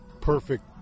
perfect